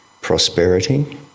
prosperity